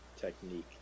technique